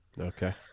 Okay